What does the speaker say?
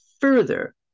further